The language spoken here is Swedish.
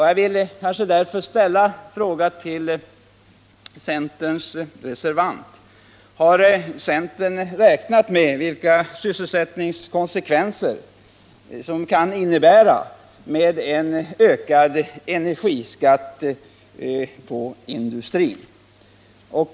Jag vill därför ställa en fråga till centerns reservanter: Har centern räknat med vilka sysselsättningskonsekvenser som kan bli följden av en ökad energiskatt för industrin?